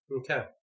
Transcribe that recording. okay